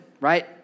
right